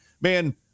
man